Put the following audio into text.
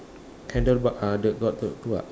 handlebar uh the got got the itu tak